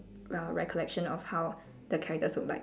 uh recollection of how the characters look like